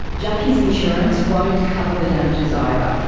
jacki's insurance won't cover the damages either.